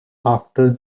after